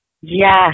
Yes